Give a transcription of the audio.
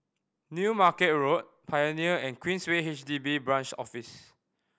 New Market Road Pioneer and Queensway H D B Branch Office